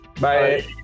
Bye